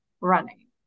running